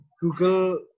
google